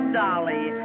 dolly